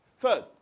Third